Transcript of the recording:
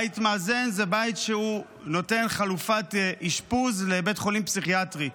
בית מאזן זה בית שנותן חלופת אשפוז לבית חולים פסיכיאטרי.